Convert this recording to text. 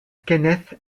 kenneth